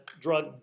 drug